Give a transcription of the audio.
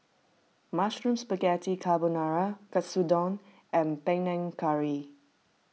Mushroom Spaghetti Carbonara Katsudon and Panang Curry